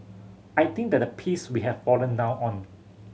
I think that the piece we have fallen down on